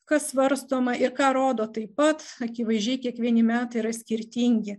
kas svarstoma ir ką rodo taip pat akivaizdžiai kiekvieni metai yra skirtingi